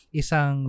isang